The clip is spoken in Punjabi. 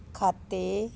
ਖਾਤੇ